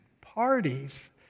parties